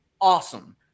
awesome